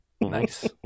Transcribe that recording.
Nice